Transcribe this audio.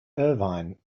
irvine